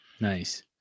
Nice